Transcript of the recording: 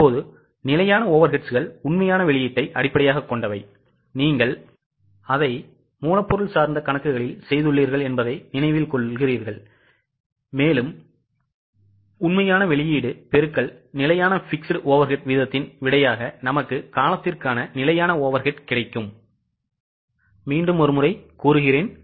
இப்போது நிலையான overheadsகள் உண்மையான வெளியீட்டை அடிப்படையாகக் கொண்டவை நீங்கள் அதை மூலப் பொருள் சார்ந்த கணக்குகளில் செய்துள்ளீர்கள் என்பதை நினைவில் கொள்கிறீர்கள் என்று நம்புகிறேன்